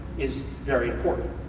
is very important.